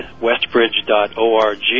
westbridge.org